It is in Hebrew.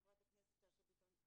חברת הכנסת שאשא ביטון,